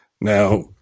Now